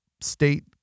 state